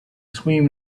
swim